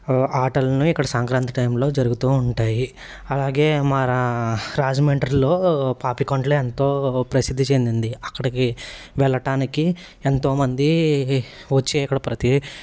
ఆటలను ఇక్కడ సంక్రాంతి టైంలో జరుగుతూ ఉంటాయి అలాగే మా రా రాజమండ్రిలో పాపికొండలు ఎంతో ప్రసిద్ధి చెందింది అక్కడికి వెళ్ళటానికి ఎంతోమంది వచ్చి ఇక్కడ ప్రతి